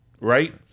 right